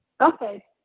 Okay